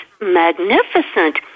magnificent